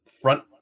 front